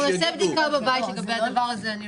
בדיקה בבית לגבי הדבר הזה.